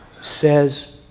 says